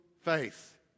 faith